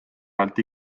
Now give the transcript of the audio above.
ajalt